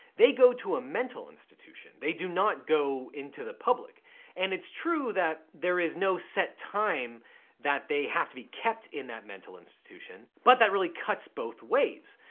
they go to a mental institution. they do not go into the public and its true that there is no set time that they have to be kept in that mental institution but that really cuts both ways.